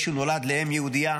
ישו נולד לאם יהודייה,